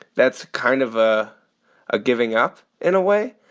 that's kind of ah a giving up in a way,